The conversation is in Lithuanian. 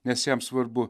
nes jam svarbu